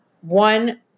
one